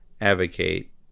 advocate